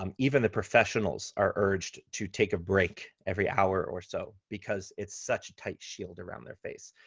um even the professionals are urged to take a break every hour or so because it's such a tight shield around their face.